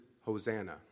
Hosanna